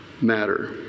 matter